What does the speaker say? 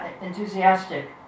enthusiastic